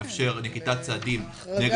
שמאפשר נקיטת צעדים נגד עובדים.